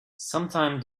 sometime